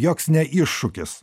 ne joks ne iššūkis